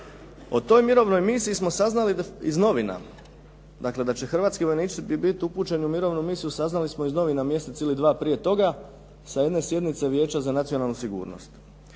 o toj mirovnoj misiji smo saznali iz novina, dakle da će hrvatski vojnici biti upućeni u mirovinu misiju saznali smo iz novina mjesec ili dva prije toga sa jedne sjednice Vijeća za nacionalnu sigurnost.